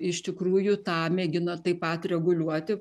iš tikrųjų tą mėgino taip pat reguliuoti